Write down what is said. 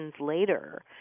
later